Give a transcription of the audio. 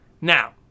Now